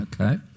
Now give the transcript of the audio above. Okay